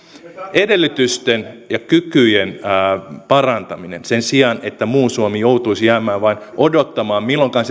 edellytysten ja kykyjen parantaminen sen sijaan että muu suomi joutuisi jäämään vain odottamaan milloinkahan